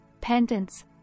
pendants